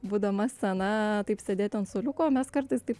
būdama sena taip sėdėti ant suoliuko mes kartais taip